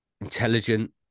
intelligent